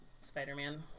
Spider-Man